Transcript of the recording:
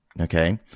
okay